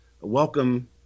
welcome